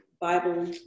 Bible